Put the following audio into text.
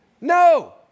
No